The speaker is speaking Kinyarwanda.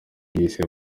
bw’isi